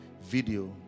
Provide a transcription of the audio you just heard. video